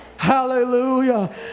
Hallelujah